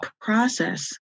process